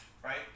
Right